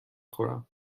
خورم